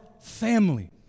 family